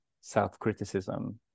self-criticism